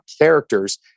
characters